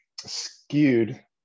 skewed